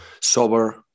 sober